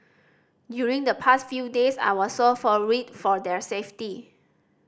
during the past few days I was so for worried for their safety